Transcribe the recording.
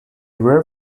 red